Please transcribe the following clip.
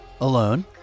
alone